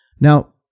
Now